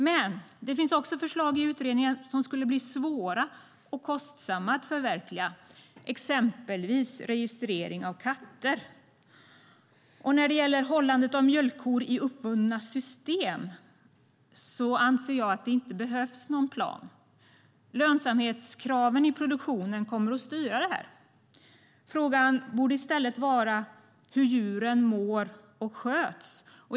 Men det finns också förslag i utredningen som skulle bli svåra och kostsamma att förverkliga, exempelvis registrering av katter. När det gäller hållandet av mjölkkor i uppbundna system anser jag att det inte behövs någon plan. Lönsamhetskraven i produktionen kommer att styra detta. Frågan borde i stället vara hur djuren mår och sköts.